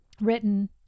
written